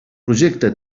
projecte